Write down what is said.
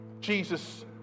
Jesus